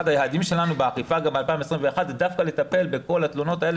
אחד היעדים שלנו באכיפה ל-2021 הוא דווקא לטפל בכל התלונות האלה